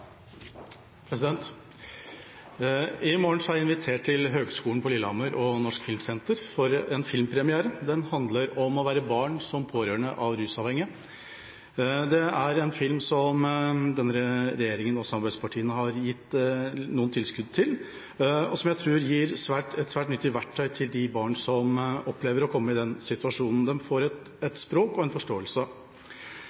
jeg invitert til Høgskolen på Lillehammer og Østnorsk filmsenter på en filmpremiere. Filmen handler om å være barn som er pårørende av rusavhengige. Det er en film som regjeringen og samarbeidspartiene har gitt tilskudd til, og som jeg tror gir et svært nyttig verktøy til de barna som opplever å komme i denne situasjonen. De får et språk og en forståelse.